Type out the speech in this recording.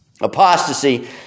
Apostasy